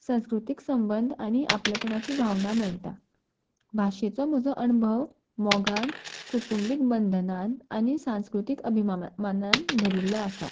संस्कृतीक संबंद आनी आपलेपणाची भावना मेळटा भाशेचो म्हजो अणभव मोगान कुटुंबीक बंधनान आनी सांस्कृतीक अभिमानान भरिल्लो आसा